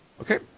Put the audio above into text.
Okay